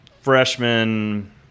freshman